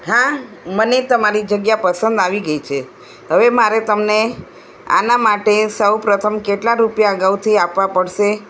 હા મને તમારી જગ્યા પસંદ આવી ગઈ છે હવે મારે તમને આના માટે સૌ પ્રથમ કેટલા રૂપિયા અગાઉથી આપવા પડશે